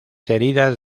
heridas